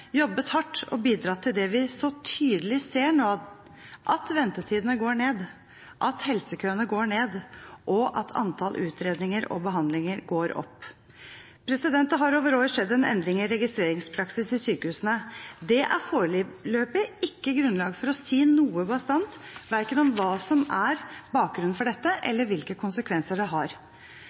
jobbet hardt og bidratt til det vi så tydelig ser nå – at ventetidene går ned, at helsekøene blir kortere, og at antall utredninger og behandlinger går opp. Det har over år skjedd en endring i registreringspraksis i sykehusene. Det er foreløpig ikke grunnlag for å si noe bastant verken om hva som er bakgrunnen for dette, eller om hvilke konsekvenser det har.